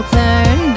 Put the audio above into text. turn